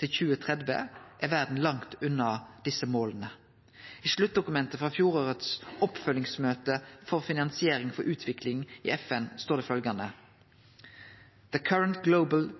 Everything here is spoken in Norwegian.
til 2030, er verda langt unna desse måla. I sluttdokumentet frå fjorårets oppfølgingsmøte om finansiering for utvikling i FN står det følgjande: The current global